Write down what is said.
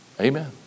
Amen